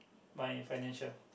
my financial